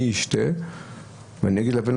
אני אשתה ואני אגיד לבן,